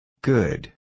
Good